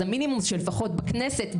אז המינימום זה שלפחות בכנסת,